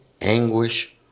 anguish